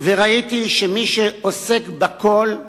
וראיתי שמי שעוסק בכול,